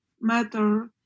matter